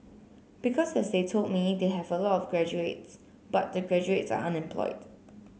because as they told me they have a lot of graduates but the graduates are unemployed